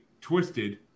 Twisted